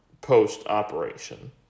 post-operation